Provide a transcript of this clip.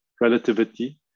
relativity